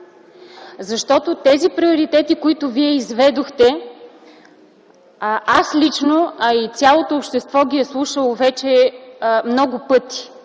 Защото тези приоритети, които Вие изведохте, аз лично, а и цялото общество ги е слушало вече много пъти